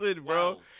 bro